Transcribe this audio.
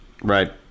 Right